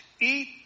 Eat